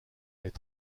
est